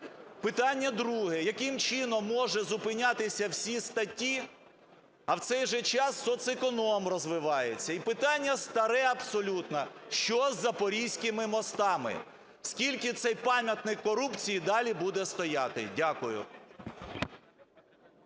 Питання друге. Яким чином можуть зупинятися всі статті, а в цей же час соцеконом розвивається? І питання старе абсолютно: що із запорізькими мостами? Скільки цей пам'ятник корупції далі буде стояти? Дякую.